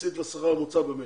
יחסית לשכר הממוצע במשק.